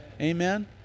Amen